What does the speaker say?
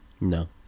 No